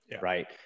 right